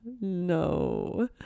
no